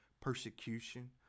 Persecution